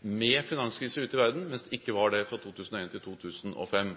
med finanskrise ute i verden, mens det ikke var det fra 2001 til 2005.